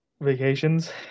vacations